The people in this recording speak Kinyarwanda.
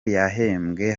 yahembwe